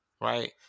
right